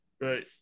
right